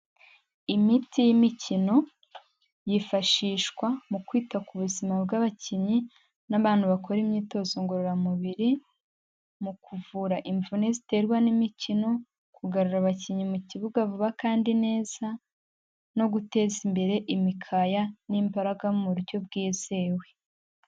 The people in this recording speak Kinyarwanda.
Imiti y'imikino yifashishwa mu kwita ku buzima bw'abakinnyi n'abantu bakora imyitozo ngororamubiri, mu kuvura imvune ziterwa n'imikino, kugarura abakinnyi mu kibuga vuba kandi neza no guteza imbere imikaya n'imbaraga mu buryo bwizewe.